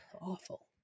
awful